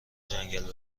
جنگل